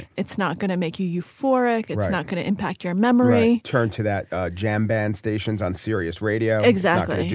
it's not going to make you euphoric. it's not going to impact your memory turn to that jam band stations on sirius radio exactly.